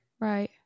Right